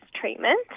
treatment